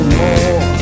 more